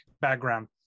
background